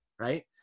Right